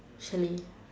chalet